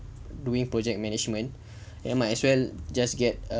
doing project management then might as well just get a